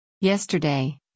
Yesterday